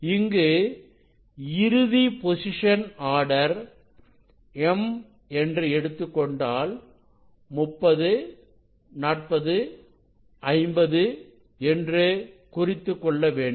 இங்கு இறுதி position order m என்று எடுத்துக் கொண்டால் 30 4050 என்று குறித்துக்கொள்ள வேண்டும்